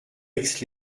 aix